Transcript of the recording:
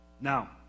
Now